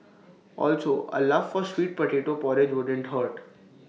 also A love for sweet potato porridge wouldn't hurt